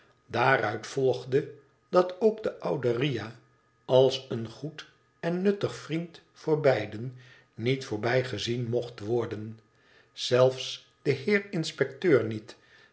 daaruit volgde dat ook de oude riah als een goed en nuttig vriend voor beiden met voorbijgezien mocht worden zelfs de heer inspecteur niet